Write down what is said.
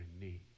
need